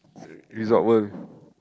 at Resort-World